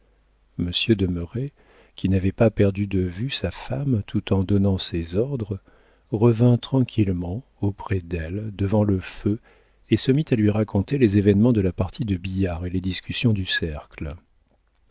merret qui n'avait pas perdu de vue sa femme tout en donnant ses ordres revint tranquillement auprès d'elle devant le feu et se mit à lui raconter les événements de la partie de billard et les discussions du cercle